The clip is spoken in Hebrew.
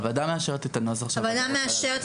הוועדה מאשרת את הנוסח --- הוועדה מאשרת,